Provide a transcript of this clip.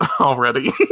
already